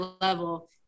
level